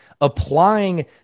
applying